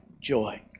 joy